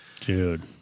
Dude